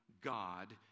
God